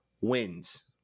wins